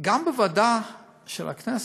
גם בוועדה של הכנסת,